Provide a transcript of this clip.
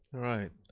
right,